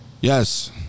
Yes